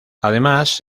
además